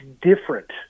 different